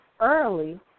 early